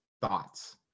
thoughts